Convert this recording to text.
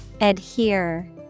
Adhere